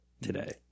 today